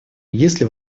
если